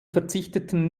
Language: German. verzichteten